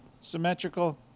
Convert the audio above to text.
symmetrical